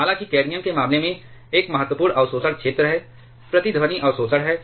हालांकि कैडमियम के मामले में एक महत्वपूर्ण अवशोषण क्षेत्र है प्रतिध्वनि अवशोषण है